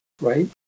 right